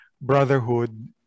brotherhood